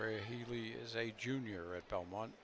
healy is a junior at belmont